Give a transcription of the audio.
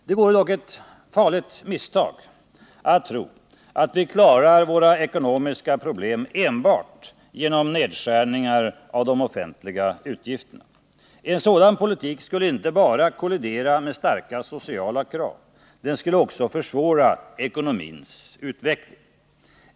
Det vore dock ett farligt misstag att tro att vi klarar våra ekonomiska problem enbart genom nedskärningar av de offentliga utgifterna. En sådan politik skulle inte bara kollidera med starka sociala krav. Den skulle också försvåra ekonomins utveckling.